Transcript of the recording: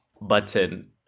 button